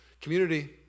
Community